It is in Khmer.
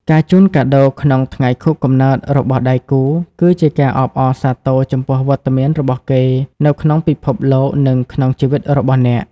ការជូនកាដូក្នុងថ្ងៃខួបកំណើតរបស់ដៃគូ គឺជាការអបអរសាទរចំពោះវត្តមានរបស់គេនៅក្នុងពិភពលោក និងក្នុងជីវិតរបស់អ្នក។